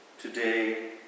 Today